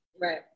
Right